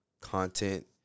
content